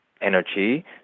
energy